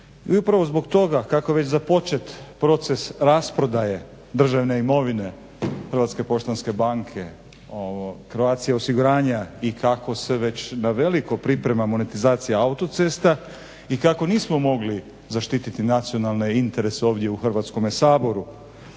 I upravo zbog toga kako je već započet proces rasprodaje državne imovine Hrvatske poštanske banke, Croatia osiguranja i kako se već naveliko priprema monetizacija autocesta, i kako nismo mogli zaštititi nacionalne interese ovdje u Hrvatskome saboru,